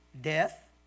death